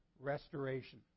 restoration